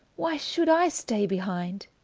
why should i staye behinde?